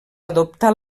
adoptar